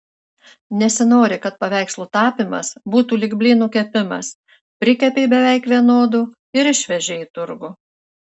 nesinori kad paveikslų tapymas būtų lyg blynų kepimas prikepei beveik vienodų ir išvežei į turgų